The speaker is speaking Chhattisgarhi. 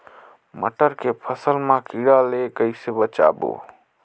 मटर के फसल मा कीड़ा ले कइसे बचाबो?